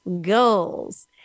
goals